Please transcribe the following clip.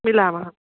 मिलामः